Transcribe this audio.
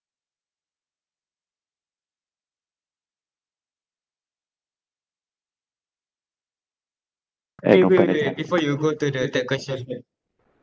eh wait wait before you go to the third question